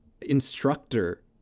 instructor